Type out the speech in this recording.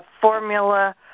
Formula